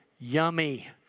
yummy